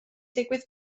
digwydd